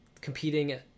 Competing